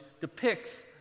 depicts